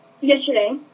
Yesterday